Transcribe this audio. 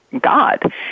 God